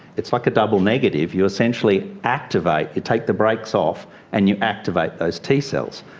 it's like a double negative. you essentially activate you take the brakes off and you activate those t-cells.